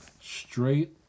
Straight